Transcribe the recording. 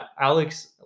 alex